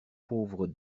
pauvre